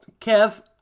Kev